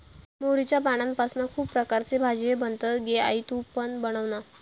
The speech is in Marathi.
मोहरीच्या पानांपासना खुप प्रकारचे भाजीये बनतत गे आई तु पण बनवना